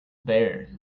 bare